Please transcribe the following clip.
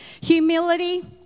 Humility